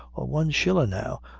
or one shillin' now,